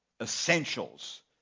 essentials